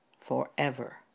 forever